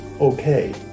okay